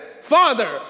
Father